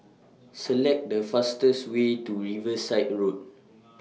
Select The fastest Way to Riverside Road